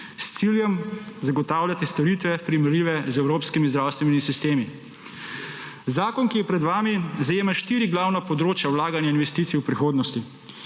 s ciljem zagotavljati storitve primerljive z evropskimi zdravstvenimi sistemi. Zakon, ki je pred vami, zajema štiri glavna področja vlaganja investicij prihodnosti